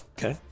Okay